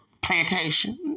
Plantation